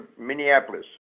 Minneapolis